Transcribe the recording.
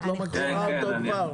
את לא מכירה אותו כבר?